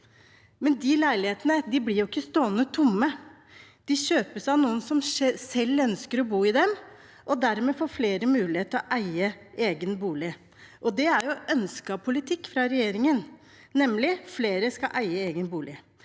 men de leilighetene blir jo ikke stående tomme. De kjøpes av noen som selv ønsker å bo i dem, og dermed får flere mulighet til å eie egen bolig. Det er ønsket politikk fra regjeringen at flere skal eie egen bolig.